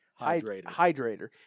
hydrator